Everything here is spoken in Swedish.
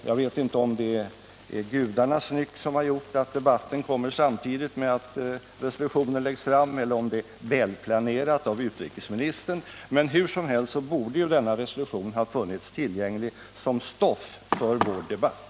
Jag vet inte om det är gudarnas nyck som har gjort att debatten kommer samtidigt med att resolutionen läggs fram eller om det är välplanerat av utrikesministern, men hur som helst borde denna resolution ha funnits tillgänglig som stoff för vår debatt.